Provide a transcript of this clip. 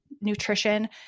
nutrition